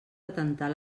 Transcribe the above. patentar